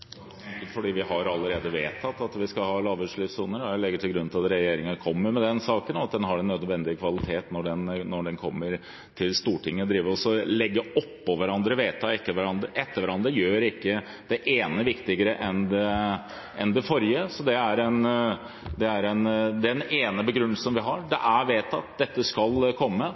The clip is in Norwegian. enkelt fordi vi allerede har vedtatt at vi skal ha lavutslippssoner. Jeg legger til grunn at regjeringen kommer med den saken, og at den har den nødvendige kvalitet når den kommer til Stortinget. Å legge vedtak etter hverandre gjør ikke det ene viktigere enn det forrige. Det er den ene begrunnelsen vi har. Dette er vedtatt. Det skal komme. Det var sendrektighet i den forrige regjeringen. Nå trenger vi å presse det